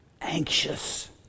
anxious